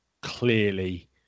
clearly